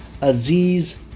Aziz